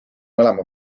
mõlema